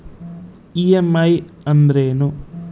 EMI ಅಂದ್ರೇನು?